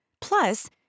Plus